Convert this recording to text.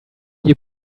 you